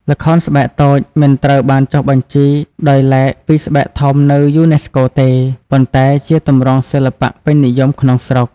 ល្ខោនស្បែកតូច មិនត្រូវបានចុះបញ្ជីដោយឡែកពីស្បែកធំនៅយូណេស្កូទេ ប៉ុន្តែជាទម្រង់សិល្បៈពេញនិយមក្នុងស្រុក។